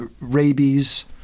rabies